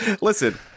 Listen